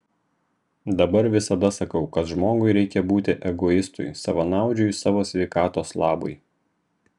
dabar visada sakau kad žmogui reikia būti egoistui savanaudžiui savo sveikatos labui